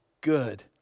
good